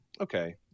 okay